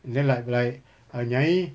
then like like err nyai